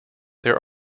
there